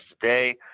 today